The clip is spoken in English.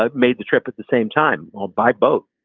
ah made the trip at the same time or by boat.